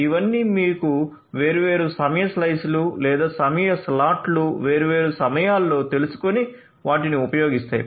ఇవన్నీ మీకు వేర్వేరు సమయ స్లైస్లు లేదా సమయ స్లాట్లు వేర్వేరు సమయాల్లో తెలుసుకొని వాటిని ఉపయోగిస్తాయి